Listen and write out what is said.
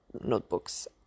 notebooks